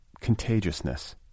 contagiousness